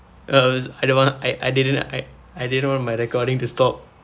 uh uh was I I didn't I I didn't want my recording to stop